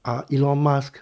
ah elon musk